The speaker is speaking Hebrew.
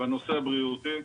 בנושא הבריאותי,